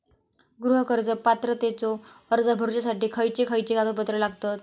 गृह कर्ज पात्रतेचो अर्ज भरुच्यासाठी खयचे खयचे कागदपत्र लागतत?